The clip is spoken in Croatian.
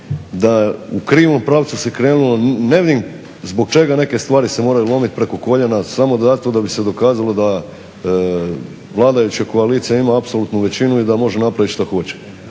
da u krivom pravcu se krenulo. Ne vidim zbog čega neke stvari se moraju lomit preko koljena samo zato da bi se dokazalo da vladajuća koalicija ima apsolutnu većinu i da može napravit što hoće.